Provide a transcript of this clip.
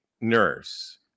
nurse